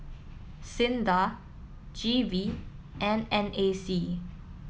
SINDA G V and N A C